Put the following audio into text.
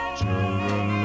children